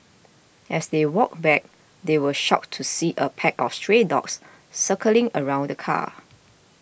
as they walked back they were shocked to see a pack of stray dogs circling around the car